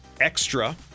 Extra